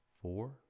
Four